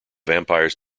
vampires